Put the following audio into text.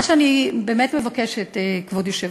מה שאני באמת מבקשת, כבוד היושב-ראש: